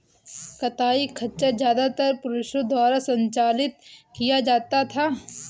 कताई खच्चर ज्यादातर पुरुषों द्वारा संचालित किया जाता था